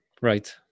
Right